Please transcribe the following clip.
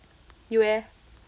you leh